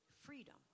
freedom